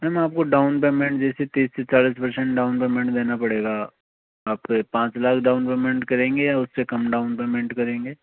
ma'am आपको down payment जैसे तीस से चालीस पर्सेंट डाउन पेमेंट देना पड़ेगा आपका पाँच लाख डाउन पेमेंट करेंगी या उस्से कम डाउन पेमेंट करेंगे